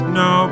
no